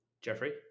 Jeffrey